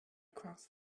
across